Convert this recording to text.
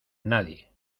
nadie